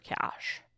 cash